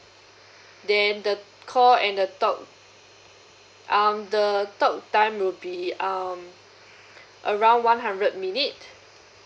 then the call and the talk um the talk time will be um around one hundred minute